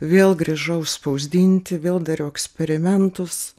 vėl grįžau spausdinti vėl dariau eksperimentus